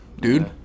dude